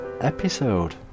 episode